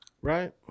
Right